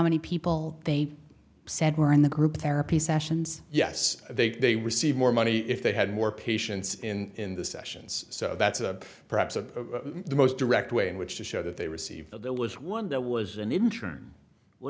many people they said were in the group therapy sessions yes they they received more money if they had more patients in the sessions so that's a perhaps of the most direct way in which to show that they received that there was one there was an intern what